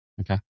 Okay